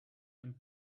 and